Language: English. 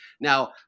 now